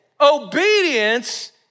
obedience